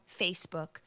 Facebook